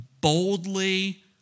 boldly